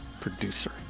producer